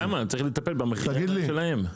צריך לטפל במחיר שלהם.